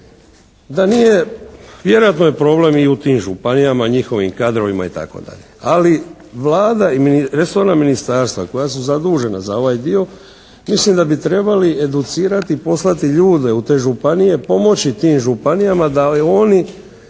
da nije, vjerojatno je problem i u tim županijama, njihovim kadrovima itd. Ali Vlada i resorna ministarstva koja su zadužena za ovaj dio mislim da bi trebali educirati i poslati ljude u te županije, pomoći tim županijama da i oni